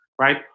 right